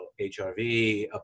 HRV